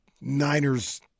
Niners